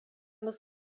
was